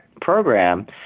program